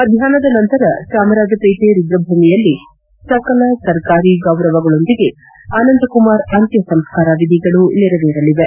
ಮಧ್ವಾಷ್ನದ ನಂತರ ಚಾಮರಾಜಪೇಟೆ ರುದ್ರಭೂಮಿಯಲ್ಲಿ ಸಕಲ ಸರ್ಕಾರಿ ಗೌರವಗಳೊಂದಿಗೆ ಅನಂತಕುಮಾರ್ ಅಂತ್ಯ ಸಂಸ್ಕಾರ ವಿಧಿಗಳು ನೆರವೇರಲಿವೆ